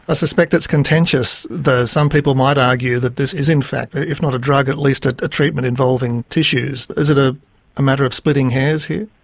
ah suspect it's contentious, though. some people might argue that this is in fact if not a drug at least ah a treatment involving tissues. is it ah a matter of splitting hairs here?